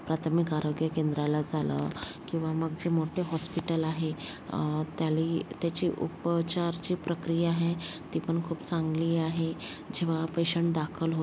प्राथमिक आरोग्य केंद्राला झालं किंवा मग जे मोठे हॉस्पिटल आहे त्याली त्याची उपचारची प्रक्रिया आहे ती पण खूप चांगली आहे जेव्हा पेशंट दाखल होतो